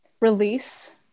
release